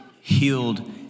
healed